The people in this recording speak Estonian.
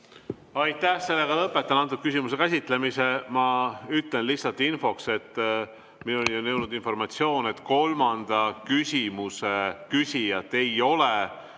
Aitäh! Lõpetan selle küsimuse käsitlemise. Ma ütlen lihtsalt infoks, et minuni on jõudnud informatsioon, et kolmanda küsimuse küsijat ei ole.